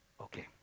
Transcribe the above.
Okay